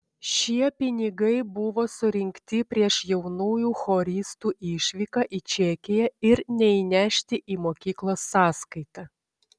šie pinigai buvo surinkti prieš jaunųjų choristų išvyką į čekiją ir neįnešti į mokyklos sąskaitą